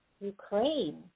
Ukraine